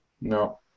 No